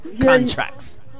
contracts